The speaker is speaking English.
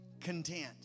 content